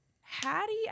Hattie